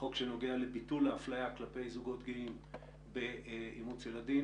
החוק שנוגע לביטול האפליה כלפי זוגות גאים באימוץ ילדים?